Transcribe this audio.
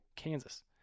Kansas